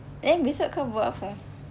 then besok kau buat apa